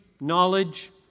knowledge